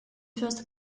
first